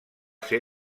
ser